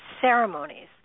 ceremonies